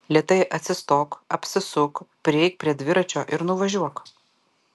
lėtai atsistok apsisuk prieik prie dviračio ir nuvažiuok